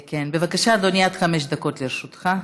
בבקשה, אדוני, עד חמש דקות לרשותך.